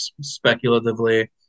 speculatively